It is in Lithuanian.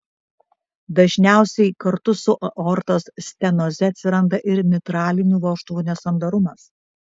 dažniausiai kartu su aortos stenoze atsiranda ir mitralinių vožtuvų nesandarumas